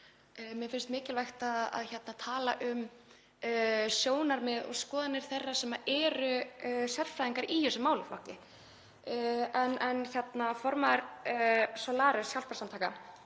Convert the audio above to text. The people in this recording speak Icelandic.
Mér finnst líka mikilvægt að tala um sjónarmið og skoðanir þeirra sem eru sérfræðingar í þessum málaflokki. Formaður hjálparsamtakanna